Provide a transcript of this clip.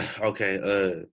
Okay